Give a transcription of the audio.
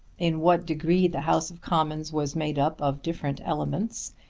in what degree the house of commons was made up of different elements,